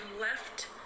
left